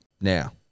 Now